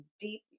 deep